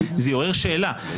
זה יעורר שאלה.